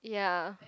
yeap